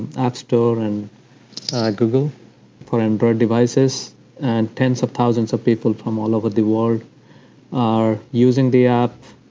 app store and google for android devices and tens of thousands of people from all over the world are using the app.